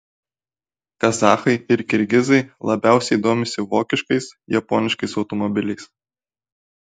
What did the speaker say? kazachai ir kirgizai labiausiai domisi vokiškais japoniškais automobiliais